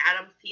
Adam